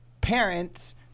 parents